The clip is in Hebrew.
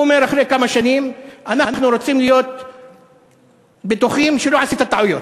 הוא אומר: אחרי כמה שנים אנחנו רוצים להיות בטוחים שלא עשית טעויות.